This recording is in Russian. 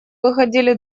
выходили